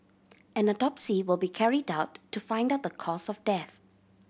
an autopsy will be carried out to find out the cause of death